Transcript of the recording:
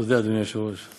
תודה, אדוני היושב-ראש.